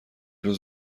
روز